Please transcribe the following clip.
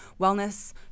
wellness